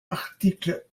article